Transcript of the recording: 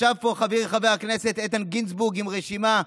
ישב פה חבר הכנסת איתן גינזבורג עם רשימה,